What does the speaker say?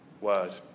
Word